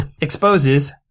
exposes